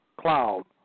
cloud